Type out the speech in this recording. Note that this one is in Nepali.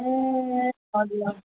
ए हजुर